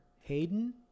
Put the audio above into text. Hayden